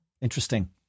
Interesting